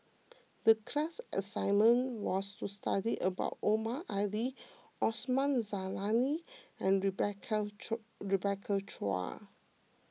the class assignment was to study about Omar Ali Osman Zailani and Rebecca Rebecca Chua